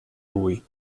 lui